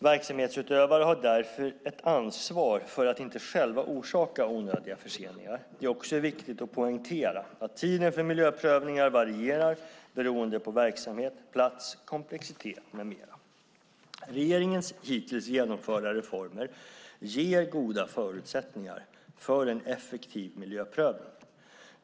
Verksamhetsutövare har därför ett ansvar för att inte själva orsaka onödiga förseningar. Det är också viktigt att poängtera att tiden för miljöprövningar varierar beroende på verksamhet, plats, komplexitet med mera. Regeringens hittills genomförda reformer ger goda förutsättningar för en effektiv miljöprövning.